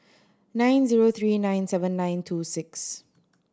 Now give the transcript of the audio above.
nine zero three nine seven nine two six